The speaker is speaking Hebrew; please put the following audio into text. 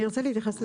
זה חשוב מאוד.